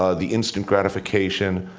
ah the instant gratification,